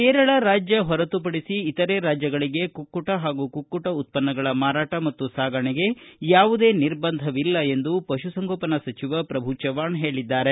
ಕೇರಳ ರಾಜ್ಯ ಹೊರತುಪಡಿಸಿ ಇತರೆ ರಾಜ್ಯಗಳಿಗೆ ಕುಕ್ಕುಟ ಹಾಗೂ ಕುಕ್ಕುಟ ಉತ್ತನ್ನಗಳ ಮಾರಾಟ ಮತ್ತು ಸಾಗಾಣೆಗೆ ಯಾವುದೇ ನಿರ್ಬಂಧವಿಲ್ಲ ಎಂದು ಪಶುಸಂಗೋಪನಾ ಸಚಿವ ಪ್ರಭು ಚವ್ವಾಣ್ ಹೇಳಿದ್ದಾರೆ